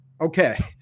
Okay